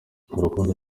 urukundo